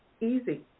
easy